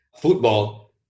football